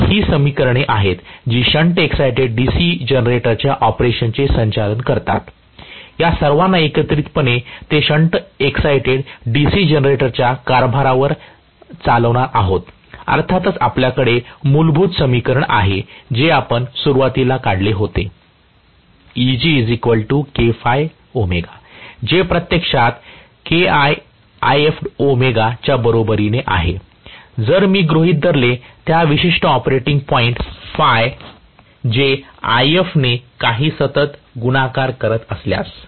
तर ही समीकरणे आहेत जी शंट एक्साईटेड DC जनरेटरच्या ऑपरेशनचे संचालन करतात या सर्वांनी एकत्रितपणे ते शंट एक्साईटेड DC जनरेटरच्या कारभारावर चालवणार आहेत अर्थातच आपल्याकडे मूलभूत समीकरण आहे जे आपण सुरुवातीला काढले होते Eg kɸw जे प्रत्यक्षात k1IFw च्या बरोबर आहे जर मी गृहीत धरले त्या विशिष्ट ऑपरेटिंग पॉईंट ɸ जे If ने काही सतत गुणाकार करत असल्यास